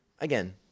again